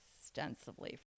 extensively